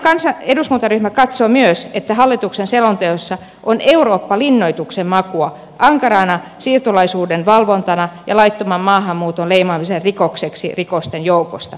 ruotsalainen eduskuntaryhmä katsoo myös että hallituksen selonteossa on eurooppa linnoituksen makua ankarana siirtolaisuuden valvontana ja laittoman maahanmuuton leimaamisena rikokseksi rikosten joukossa